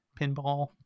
pinball